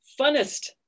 funnest